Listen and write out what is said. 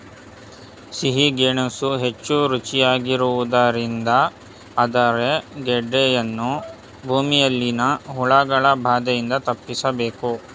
ಸಿಹಿ ಗೆಣಸು ಹೆಚ್ಚು ರುಚಿಯಾಗಿರುವುದರಿಂದ ಆದರೆ ಗೆಡ್ಡೆಯನ್ನು ಭೂಮಿಯಲ್ಲಿನ ಹುಳಗಳ ಬಾಧೆಯಿಂದ ತಪ್ಪಿಸಬೇಕು